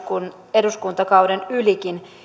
eduskuntakauden ylikin